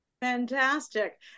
fantastic